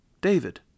David